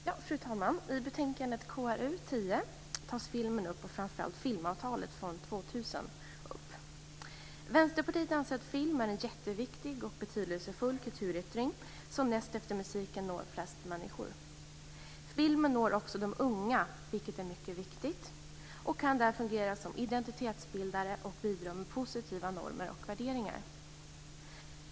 Fru talman! I betänkandet KrU10 tas filmen och framför allt filmavtalet från år 2000 upp. Vänsterpartiet anser att filmen är en jätteviktig kulturyttring, som näst efter musiken når flest människor. Filmen når också de unga, vilket är mycket viktigt. Den kan bland dem fungera som identitetsbildare och bidra med positiva normer och värderingar.